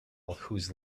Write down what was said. whose